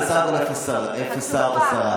שאלנו בסך הכול איפה שר או שרה,